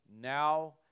now